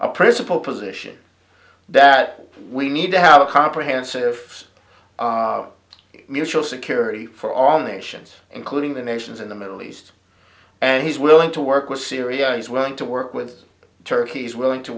a principle position that we need to have a comprehensive mutual security for all nations including the nations in the middle east and he's willing to work with syria is willing to work with turkey's willing to